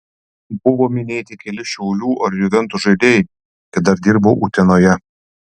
buvo minėti keli šiaulių ar juventus žaidėjai kai dar dirbau utenoje